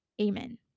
Amen